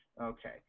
Okay